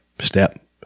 step